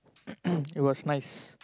it was nice